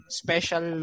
special